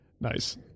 nice